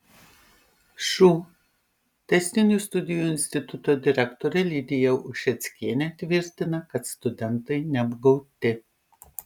šu tęstinių studijų instituto direktorė lidija ušeckienė tvirtina kad studentai neapgauti